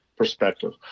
perspective